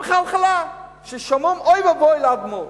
חלחלה ששומעים, אוי ואבוי, לאדמו"ר.